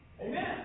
Amen